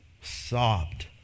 sobbed